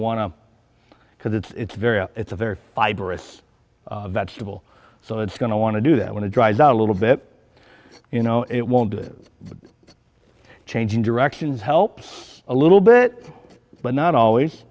because it's very it's a very fibrous vegetable so it's going to want to do that when it dries out a little bit you know it won't be changing directions helps a little bit but not always